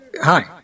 Hi